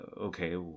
Okay